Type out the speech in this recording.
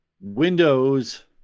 Windows